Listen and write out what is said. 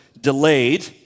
delayed